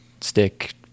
stick